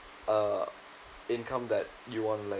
uh income that you want like